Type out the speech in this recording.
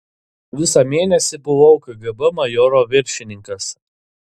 visą mėnesį buvau kgb majoro viršininkas